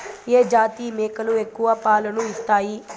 ఏ జాతి మేకలు ఎక్కువ పాలను ఇస్తాయి?